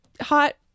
hot